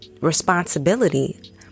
responsibility